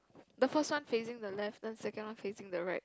the first one facing the left then second one facing the right